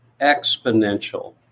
exponential